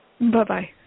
Bye-bye